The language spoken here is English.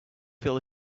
feel